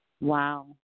Wow